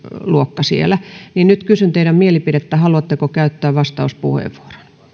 pääluokka siellä nyt kysyn teidän mielipidettänne haluatteko käyttää vastauspuheenvuoron